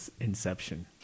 Inception